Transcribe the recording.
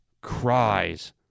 cries